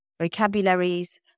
vocabularies